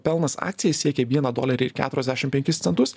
pelnas akcijai siekė vieną dolerį ir keturiasdešim penkis centus